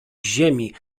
ziemi